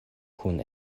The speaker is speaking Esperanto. kun